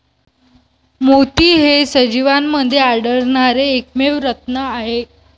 मोती हे सजीवांमध्ये आढळणारे एकमेव रत्न आहेत